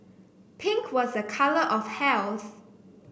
pink was a colour of health